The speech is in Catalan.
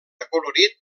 acolorit